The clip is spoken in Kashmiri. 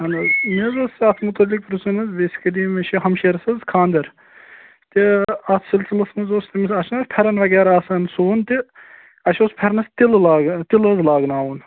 اَہَن حظ مےٚ حظ اوس اَتھ مُتعلِق پرٕٛژھُن حظ بیسِکٔلی مےٚ چھِ ہمشیٖرَس حظ خانٛدَر تہٕ اَتھ سِلسِلَس منٛز اوس تٔمِس اَز چھُناہ پھٮ۪رَن وغیرہ آسان سُوُن تہٕ اَسہِ اوس پھٮ۪رنَس تِلہٕ لاگان تِلہٕ حظ لاگناوُن